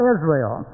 Israel